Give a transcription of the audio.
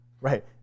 right